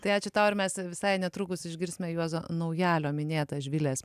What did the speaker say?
tai ačiū tau ir mes visai netrukus išgirsime juozo naujalio minėtą živilės